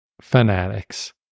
fanatics